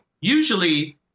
Usually